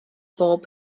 bob